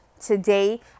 today